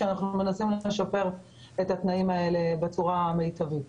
כשאנחנו מנסים לשפר את התנאים האלה בצורה המיטבית.